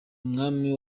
umwami